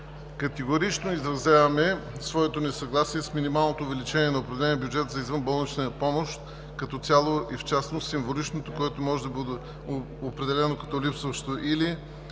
„Категорично изразяваме своето несъгласие с минималното увеличение на определения бюджет за извънболнична помощ като цяло и в частност символичното, което може да бъде определено като липсващо или